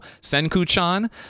Senku-chan